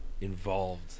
involved